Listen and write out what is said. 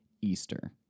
Easter